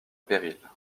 péril